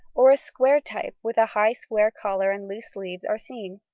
or a square type with a high square collar and loose sleeves, are seen